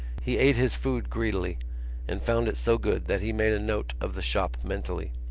he ate his food greedily and found it so good that he made a note of the shop mentally.